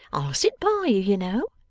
sit by you, you know.